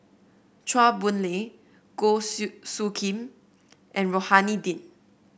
Chua Boon Lay Goh Soo Khim and Rohani Din